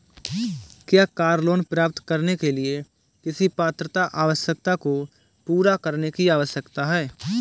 क्या car loan प्राप्त करने के लिए किसी पात्रता आवश्यकता को पूरा करने की आवश्यकता है?